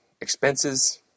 expenses